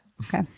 Okay